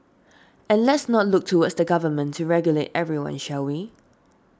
and let's not look towards the government to regulate everyone shall we